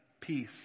peace